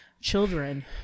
children